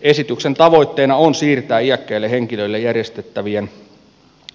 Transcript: esityksen tavoitteena on siirtää iäkkäille henkilöille järjestettävien